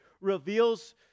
reveals